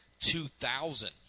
2000